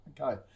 Okay